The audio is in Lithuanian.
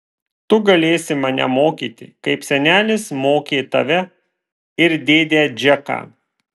tu galėsi mane mokyti kaip senelis mokė tave ir dėdę džeką